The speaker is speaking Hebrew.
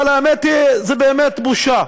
אבל האמת היא שזו באמת בושה.